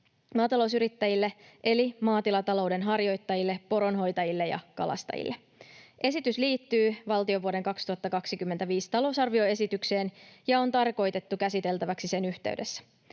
maatalousyrittäjille eli maatilatalouden harjoittajille, poronhoitajille ja kalastajille. Esitys liittyy valtion vuoden 2025 talousarvioesitykseen ja on tarkoitettu käsiteltäväksi sen yhteydessä.